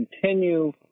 continue